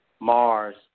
Mars